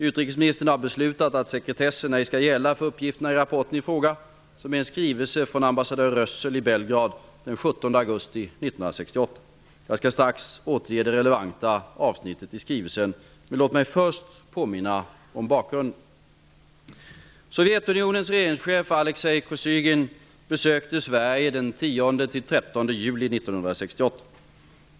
Utrikesministern har beslutat att sekretess ej skall gälla för uppgifterna i rapporten i fråga, som är en skrivelse från ambassadör Rössel i Belgrad den 17 augusti 1968. Jag skall strax återge det relevanta avsnittet i skrivelsen. Men låt mig först påminna om bakgrunden. Sovjetunionens regeringschef Alexei Kosygin besökte Sverige den 10--13 juli 1968.